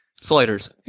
Sliders